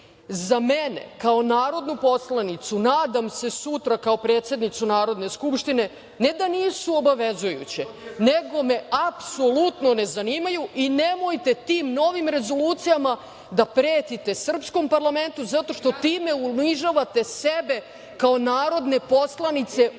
za mene kao narodnu poslanicu, nadam se sutra kao predsednicu Narodne skupštine, ne da nisu obavezujuće, nego me apsolutno ne zanimaju i nemojte tim novim rezolucijama da pretite srpskom parlamentu zato što time unižavate sebe kao narodne poslanice ovog